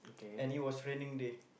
and it was raining day